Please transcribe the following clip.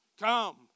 come